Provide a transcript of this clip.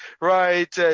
right